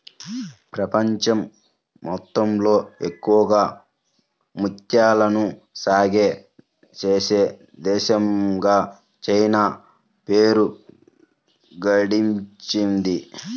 ప్రపంచం మొత్తంలో ఎక్కువగా ముత్యాలను సాగే చేసే దేశంగా చైనా పేరు గడించింది